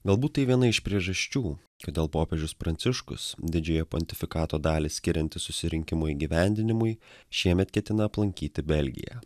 galbūt tai viena iš priežasčių kodėl popiežius pranciškus didžiojo pontifikato dalį skiriantį susirinkimo įgyvendinimui šiemet ketina aplankyti belgiją